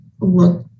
look